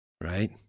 right